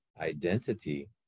identity